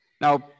Now